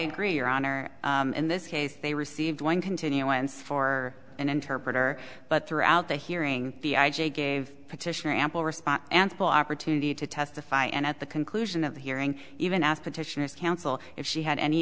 agree your honor in this case they received one continuance for an interpreter but throughout the hearing the i j a gave petitioner ample response and full opportunity to testify and at the conclusion of the hearing even asked petitioners counsel if she had any